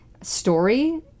story